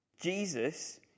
Jesus